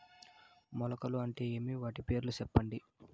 మొలకలు అంటే ఏమి? వాటి పేర్లు సెప్పండి?